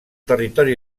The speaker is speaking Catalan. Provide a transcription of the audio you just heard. territori